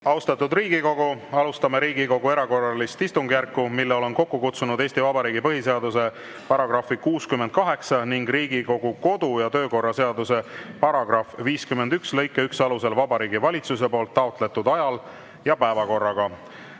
Austatud Riigikogu! Alustame Riigikogu erakorralist istungjärku, mille olen kokku kutsunud Eesti Vabariigi põhiseaduse § 68 ning Riigikogu kodu- ja töökorra seaduse § 51 lõike 1 alusel Vabariigi Valitsuse poolt taotletud ajal ja päevakorraga.